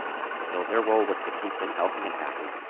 and so their role was to keep them healthy and happy.